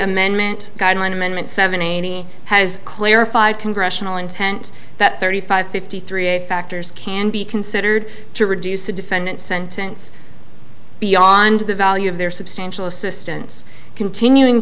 amendment guideline amendment seventy has clarified congressional intent that thirty five fifty three factors can be considered to reduce the defendant sentence beyond the value of their substantial assistance continuing